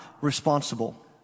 responsible